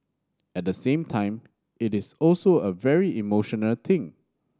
at the same time it is also a very emotional thing